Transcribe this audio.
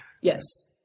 Yes